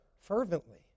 fervently